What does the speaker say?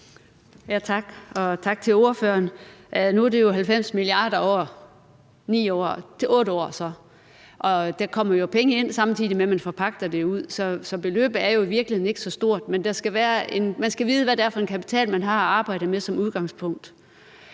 Tak, og tak til ordføreren. Nu er det jo 90 mia. kr. over 8 år, og der kommer jo penge ind, samtidig med at man forpagter det ud. Så beløbet er jo i virkeligheden ikke så stort, men man skal vide, hvad det er for en kapital, man som udgangspunkt